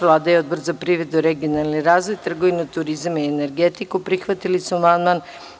Vlada i Odbor za privredu, regionalni razvoj, trgovinu, turizam i energetiku prihvatili su amandman.